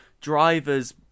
drivers